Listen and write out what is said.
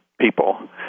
People